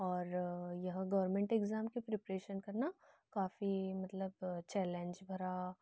और यह government exam की प्रीपरेशन करना काफ़ी मतलब चैलेंज भरा